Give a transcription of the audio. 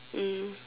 mm